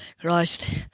Christ